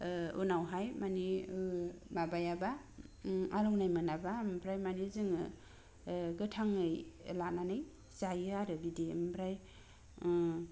उनावहाय मानि माबायाबा आलौनाय मोनाब्ला आमफ्राय मानि जोङो गोथाङै लानानै जायो आरो बिदि आमफ्राय